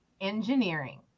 engineering